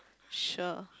sure